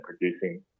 producing